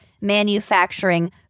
manufacturing